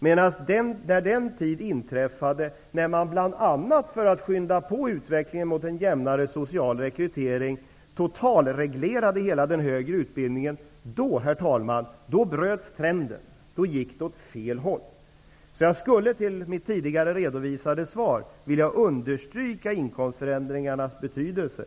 Under den tid då man, bl.a. för att skynda på utvecklingen mot en jämnare social rekrytering, totalreglerade hela den högre utbildningen, herr talman, då bröts däremot trenden, då gick det åt fel håll. Jag skulle därför, som en komplettering till mitt tidigare redovisade svar, vilja understryka inkomstförändringarnas betydelse.